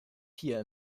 hier